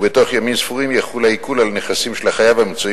ובתוך ימים ספורים יחול העיקול על נכסים של החייב המצויים